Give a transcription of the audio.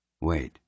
wait